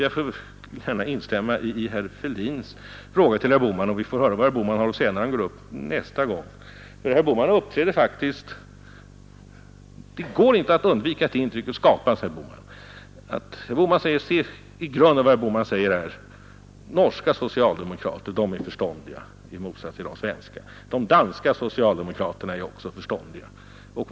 Jag vill gärna instämma i herr Fälldins fråga till herr Bohman — vi får höra vad herr Bohman har att säga när han går upp nästa gång — för herr Bohman uppträder faktiskt så, att det inte går att undvika intrycket att vad herr Bohman säger i grunden är följande: Norska socialdemokrater är förståndiga i motsats till de svenska. De danska socialdemokraterna är också förståndiga.